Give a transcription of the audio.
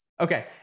Okay